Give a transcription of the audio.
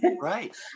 Right